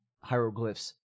hieroglyphs